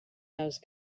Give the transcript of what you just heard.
those